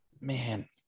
man